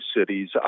cities